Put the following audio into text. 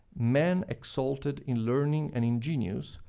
men exalted in learning and in genius,